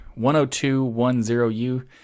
10210U